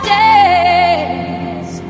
days